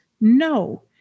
no